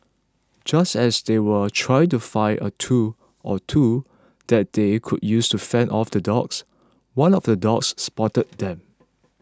just as they were trying to find a tool or two that they could use to fend off the dogs one of the dogs spotted them